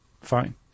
Fine